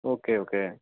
okay okay